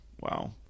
wow